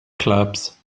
clubs